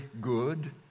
good